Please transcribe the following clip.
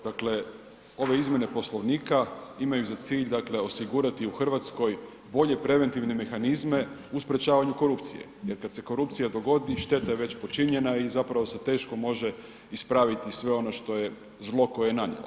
Dakle, ove izmjene Poslovnika imaju za cilj dakle osigurati u Hrvatskoj bolje preventivne mehanizme u sprječavanju korupcije jer kad se korupcija dogodi, šteta je već počinjena i zapravo se teško može ispraviti sve ono što je zlo koje je nanijela.